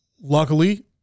luckily